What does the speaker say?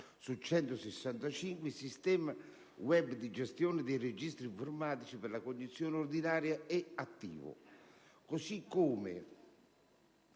attivo il sistema *web* di gestione dei registri informatici per la cognizione ordinaria, così